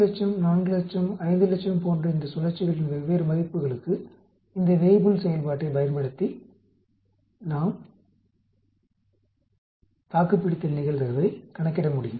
300000 400000 500000 போன்ற இந்த சுழற்சிகளின் வெவ்வேறு மதிப்புகளுக்கு இந்த வேய்புல் செயல்பாட்டைப் பயன்படுத்தி தாக்குப்பிடித்தல் நிகழ்தகவை நாம் கணக்கிட முடியும்